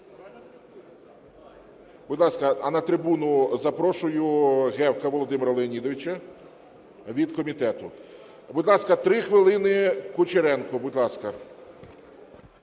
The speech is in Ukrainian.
Будь ласка, а на трибуну запрошую Гевка Володимира Леонідовича, від комітету. Будь ласка, 3 хвилини, Кучеренко.